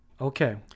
okay